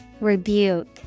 Rebuke